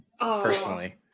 personally